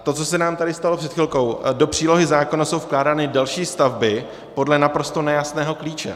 To, co se nám stalo před chvilkou, do přílohy zákona jsou vkládány další stavby podle naprosto nejasného klíče.